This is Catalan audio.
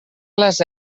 les